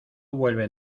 vuelve